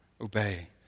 Obey